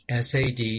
SAD